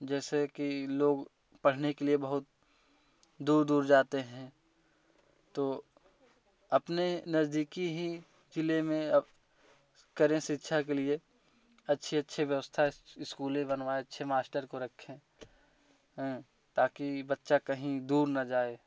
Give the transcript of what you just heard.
जैसे कि लोग पढ़ने के लिए बहुत दूर दूर जाते हैं तो अपने नजदीकी ही जिले में करें शिक्षा के लिए अच्छे अच्छे व्यवस्था स्कूल बनवा अच्छे मास्टर को रखें ताकि हाँ बच्चा कहीं दूर न जाए